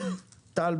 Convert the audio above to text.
טל.